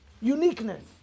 uniqueness